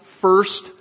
first